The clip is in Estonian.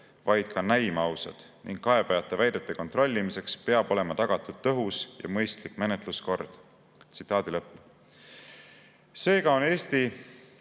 vaid ka näima ausad ning kaebajate väidete kontrollimiseks peab olema tagatud tõhus ja mõistlik menetluskord." Seega on õige Eestis